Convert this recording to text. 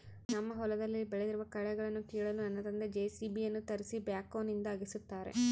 ನಮ್ಮ ಹೊಲದಲ್ಲಿ ಬೆಳೆದಿರುವ ಕಳೆಗಳನ್ನುಕೀಳಲು ನನ್ನ ತಂದೆ ಜೆ.ಸಿ.ಬಿ ಯನ್ನು ತರಿಸಿ ಬ್ಯಾಕ್ಹೋನಿಂದ ಅಗೆಸುತ್ತಾರೆ